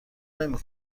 نمی